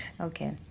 Okay